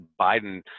biden